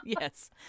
Yes